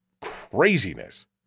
craziness